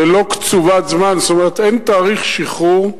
ללא קציבת זמן, כלומר אין תאריך שחרור,